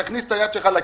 תכניס את היד שלך לכיס,